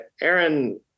Aaron